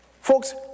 Folks